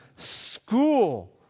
school